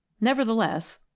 nevertheless,